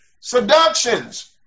seductions